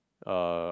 uh